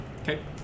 Okay